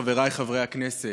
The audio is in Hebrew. חבריי חברי הכנסת,